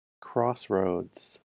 Crossroads